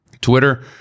twitter